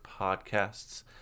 podcasts